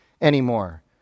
anymore